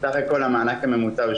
סך הכול המענק הממוצע הוא